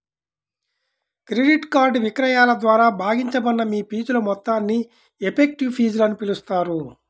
credit card విక్రయాల ద్వారా భాగించబడిన మీ ఫీజుల మొత్తాన్ని ఎఫెక్టివ్ ఫీజులని పిలుస్తారు